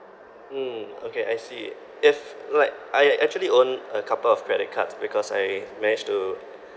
mm okay I see if like I actually own a couple of credit cards because I managed to